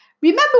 remember